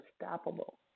unstoppable